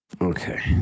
Okay